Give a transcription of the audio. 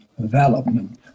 development